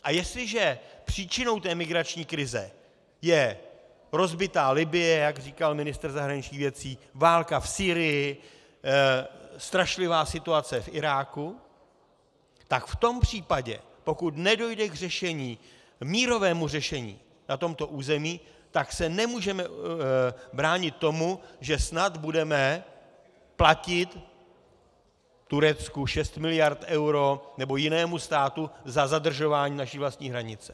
A jestliže příčinou té migrační krize je rozbitá Libye, jak říkal ministr zahraničních věcí, válka v Sýrii, strašlivá situace v Iráku, tak v tom případě pokud nedojde k mírovému řešení na tomto území, tak se nemůžeme bránit tomu, že snad budeme platit Turecku 6 mld. eur, nebo jinému státu, za zadržování naší vlastní hranice.